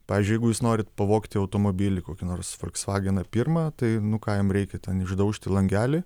pavyzdžiui jeigu jūs norit pavogti automobilį kokį nors folksvageną pirmą tai nu ką jum reikia ten išdaužti langelį